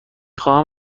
خواهم